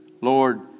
Lord